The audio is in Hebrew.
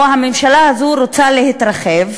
או: הממשלה הזאת רוצה להתרחב,